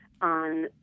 on